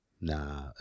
Nah